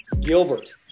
Gilbert